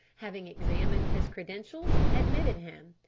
having examined his credentials, admitted him.